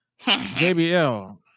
jbl